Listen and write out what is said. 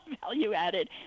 Value-added